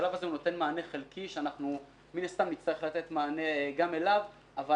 בשלב הזה הוא נותן מענה חלקי שאנחנו מן הסתם נצטרך לתת מענה גם לו אבל